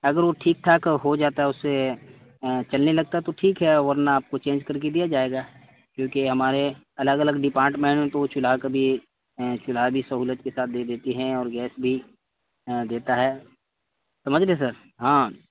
اگر وہ ٹھیک ٹھاک ہو جاتا ہے اس سے چلنے لگتا ہے تو ٹھیک ہے ورنہ آپ کو چینج کر کے دیا جائے گا کیونکہ ہمارے الگ الگ ڈپارٹمنٹ وہ چولہا کبھی چولہا بھی سہولت کے ساتھ دے دیتے ہیں اور گیس بھی دیتا ہے سمجھ گئے سر ہاں